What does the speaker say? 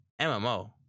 MMO